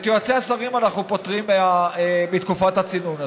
את יועצי השרים אנחנו פוטרים מתקופת הצינון הזאת.